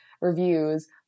reviews